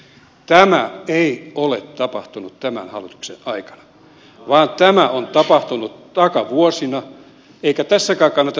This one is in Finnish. tämä ei ole tapahtunut tämän hallituksen aikana vaan tämä on tapahtunut takavuosina eikä tässäkään kannata syyllistää